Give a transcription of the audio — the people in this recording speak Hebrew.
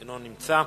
לא נמצא.